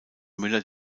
müller